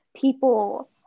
People